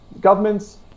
governments